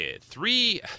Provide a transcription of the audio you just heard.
three